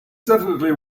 definitely